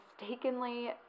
mistakenly